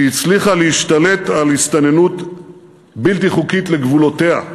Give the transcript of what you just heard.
שהצליחה להשתלט על הסתננות בלתי חוקית לגבולותיה,